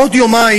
בעוד יומיים,